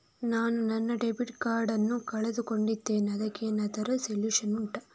ನಾನು ನನ್ನ debit card ನ್ನು ಕಳ್ಕೊಂಡಿದ್ದೇನೆ ಅದಕ್ಕೇನಾದ್ರೂ ಸೊಲ್ಯೂಷನ್ ಉಂಟಾ